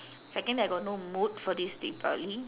second I got no mood for this deepavali